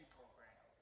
program